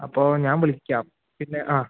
അപ്പോ ഞാൻ വിളിക്കാം പിന്നെ ആ